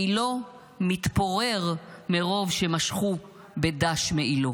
מעילו מתפורר מרוב שמשכו בדש מעילו.